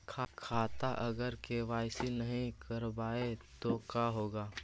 खाता अगर के.वाई.सी नही करबाए तो का होगा?